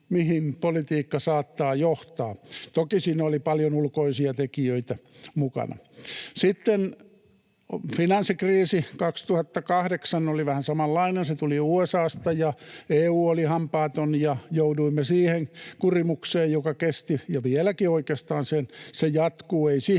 joihin politiikka saattaa johtaa. Toki siinä oli paljon ulkoisia tekijöitä mukana. Sitten finanssikriisi 2008 oli vähän samanlainen. Se tuli USA:sta, ja EU oli hampaaton ja jouduimme siihen kurimukseen, joka vieläkin oikeastaan jatkuu.